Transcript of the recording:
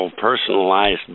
personalized